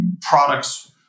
products